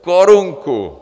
Korunku.